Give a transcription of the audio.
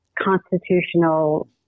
constitutional